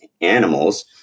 animals